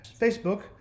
Facebook